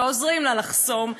ועוזרים לה לחסום,